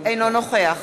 אינו נוכח